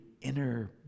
inner